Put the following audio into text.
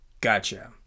Gotcha